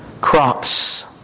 crops